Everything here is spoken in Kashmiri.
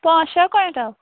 پانٛژھ شےٚ کۄینٛٹَل